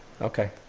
Okay